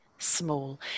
small